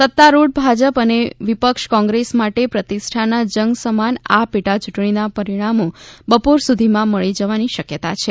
સત્તારૂઢ ભાજપ અને વિપક્ષ કોંગ્રેસ માટે પ્રતિષ્ઠાના જંગ સમાન આ પેટા ચૂંટણીના પરિણામો બપોર સુધીમાં મળી જવાની શક્યતા છે